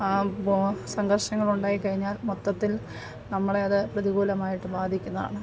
പോ സംഘർഷങ്ങളുണ്ടായി കഴിഞ്ഞാൽ മൊത്തത്തിൽ നമ്മളെ അത് പ്രതികൂലമായിട്ട് ബാധിക്കുന്നതാണ്